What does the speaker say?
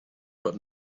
but